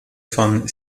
von